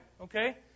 okay